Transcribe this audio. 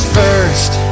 first